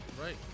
right